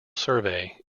survey